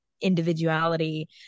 individuality